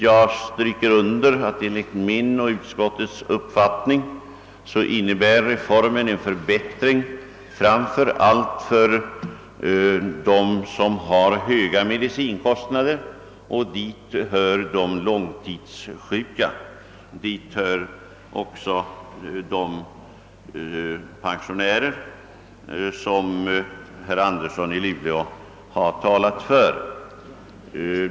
Jag vill understryka, att reformen enligt min och utskottets uppfattning innebär en förbättring fram för allt för dem som har höga medicinkostnader, och dit hör de långtidssjuka, däribland de pensionärer som herr Andersson i Luleå talat för.